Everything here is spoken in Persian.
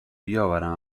بیاورم